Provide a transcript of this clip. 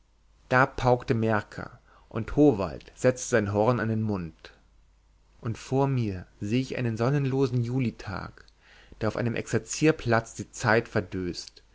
da paukte merker und howald setzte sein horn an den mund und vor mir sehe ich einen sonnenlosen julitag der auf einem exerzierplatz die zeit verdöst